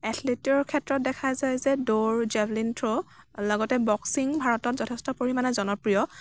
এথলীটৰ ক্ষেত্ৰত দেখা যায় যে দৌৰ জেভলিন থ্ৰ' লগতে বক্সিং ভাৰতত যথেষ্ট পৰিমাণে জনপ্ৰিয়